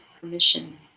permission